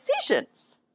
decisions